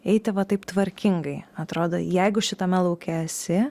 eiti va taip tvarkingai atrodo jeigu šitame lauke esi